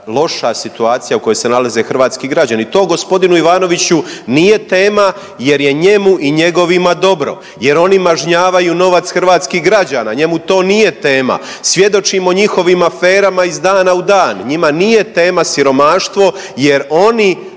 loša situacija u kojoj se nalaze hrvatski građani. To gospodinu Ivanoviću nije tema jer je njemu i njegovima dobro jer on mažnjavaju novac hrvatskih građana, njemu to nije tema. Svjedočimo njihovim aferama iz dana u dan. Njima nije tema siromaštvo jer oni